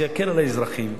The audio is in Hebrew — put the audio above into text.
זה יקל על האזרחים,